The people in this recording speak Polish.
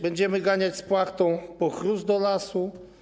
Będziemy ganiać z płachtą po chrust do lasu?